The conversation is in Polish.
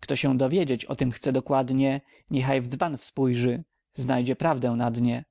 kto się dowiedzieć o tem chce dokładnie niechaj w dzban spójrzy znajdzie prawdę na dnie